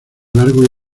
largo